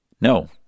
No